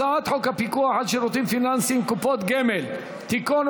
הצעת חוק הפיקוח על שירותים פיננסיים (קופות גמל) (תיקון,